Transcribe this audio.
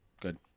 Good